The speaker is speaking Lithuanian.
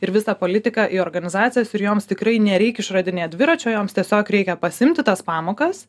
ir visą politiką į organizacijas ir joms tikrai nereik išradinėt dviračio joms tiesiog reikia pasiimti tas pamokas